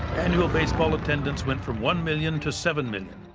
annual baseball attendance went from one million to seven million.